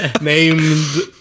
Named